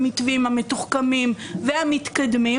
המתווים המתוחכמים והמתקדמים,